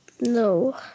no